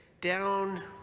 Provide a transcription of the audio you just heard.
down